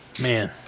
Man